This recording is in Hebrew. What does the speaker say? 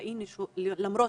ראינו שלמרות